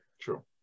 True